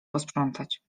posprzątać